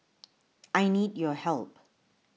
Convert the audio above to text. I need your help